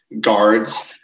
guards